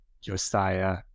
Josiah